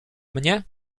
mnie